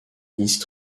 east